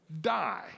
die